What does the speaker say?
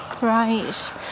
Right